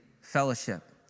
fellowship